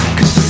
Cause